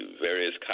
various